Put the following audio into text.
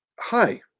hi